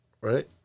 Right